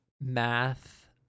math